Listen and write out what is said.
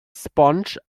sponge